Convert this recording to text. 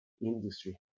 industry